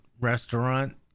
restaurant